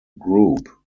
group